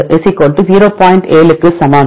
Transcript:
7 க்கு சமம்